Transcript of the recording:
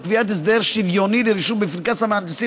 וקביעת הסדר שוויוני לרישום בפנקס המהנדסים